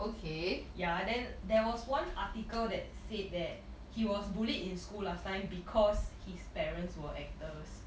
ya then there was one article that said that he was bullied in school last time because his parents were actors